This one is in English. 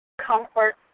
comfort